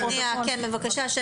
הרווחה.